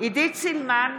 עידית סילמן,